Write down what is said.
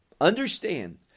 Understand